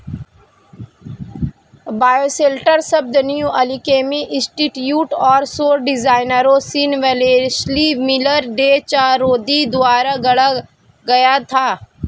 bioshelter शब्द New Alchemy Institute और सौर डिजाइनरों Sean Wellesley Miller, Day Chahroudi द्वारा गढ़ा गया था